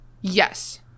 yes